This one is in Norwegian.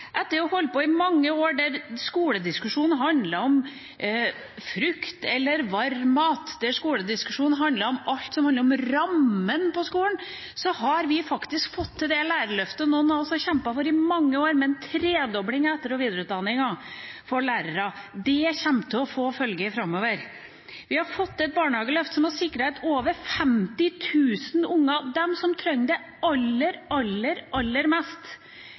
Etter mange år der skolediskusjonen handlet om frukt eller varmmat, der skolediskusjonen handlet om rammen for skolen, har vi faktisk fått til det lærerløftet noen av oss har kjempet for i mange år, med en tredobling i etter- og videreutdanning for lærere. Det kommer til å få følger framover. Vi har fått til et barnehageløft som har sikret at over 50 000 unger, de som trenger det aller, aller mest,